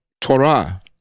Torah